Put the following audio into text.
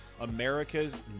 America's